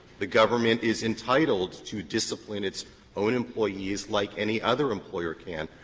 the government is entitled to discipline its own employees like any other employer can.